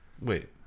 wait